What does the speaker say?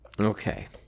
Okay